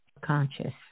conscious